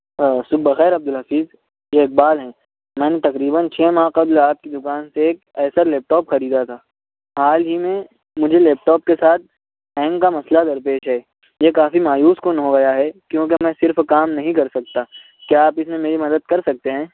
صبح بخیر عبدالحفیظ یہ اقبال ہیں میں نے تقریباً چھ ماہ قبل آپ کی دکان سے ایک ایسر لیپ ٹاپ خریدا تھا حال ہی میں مجھے لیپ ٹاپ کے ساتھ ہینگ کا مسئلہ درپیش ہے یہ کافی مایوس کن ہو گیا ہے کیونکہ میں صرف کام نہیں کر سکتا کیا آپ اس میں میری مدد کر سکتے ہیں